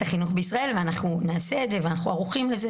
החינוך בישראל ואנחנו נעשה את זה ואנחנו ערוכים לכך.